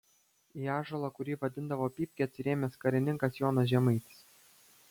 į ąžuolą kurį vadindavo pypke atsirėmęs karininkas jonas žemaitis